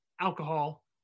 alcohol